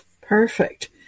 perfect